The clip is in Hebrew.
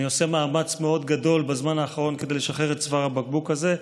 אני עושה מאמץ מאוד גדול בזמן האחרון כדי לשחרר את צוואר הבקבוק הזה,